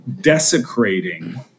desecrating